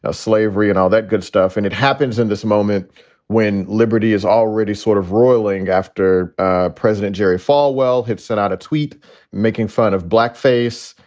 ah slavery and all that good stuff. and it happens in this moment when liberty is already sort of roiling after president jerry falwell had sent out a tweet making fun of blackface.